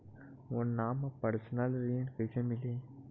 मोर नाम म परसनल ऋण कइसे मिलही?